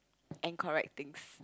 and correct things